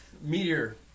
Meteor